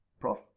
Prof